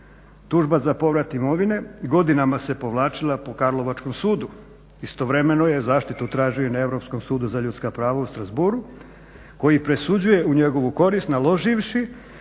Tužba za povrat imovine godinama se povlačila po Karlovačkom sudu. Istovremeno je zaštitu tražio i na Europskom sudu za ljudska prava u Strasbourgu koji presuđuje u njegovu korist naloživši